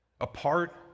apart